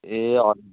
ए अँ नि